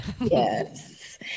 Yes